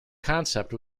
concept